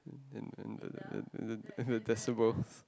in in in in in the decibels